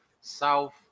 south